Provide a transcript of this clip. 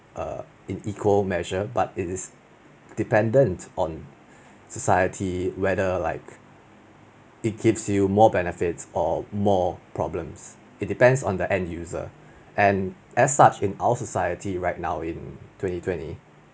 err in equal measure but it is dependent on society whether like it keeps you more benefits or more problems it depends on the end-user and as such in our society right now in twenty twenty